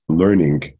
learning